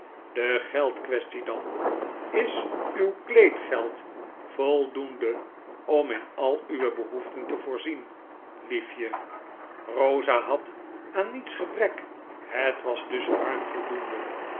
de geldquaestie dan is uw kleedgeld voldoende om in al uwe behoeften te voorzien liefje rosa had aan niets gebrek het was dus ruim voldoende